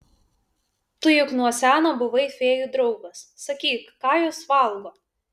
tu juk nuo seno buvai fėjų draugas sakyk ką jos valgo